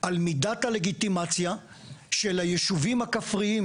על מידת הלגיטימציה של היישובים הכפריים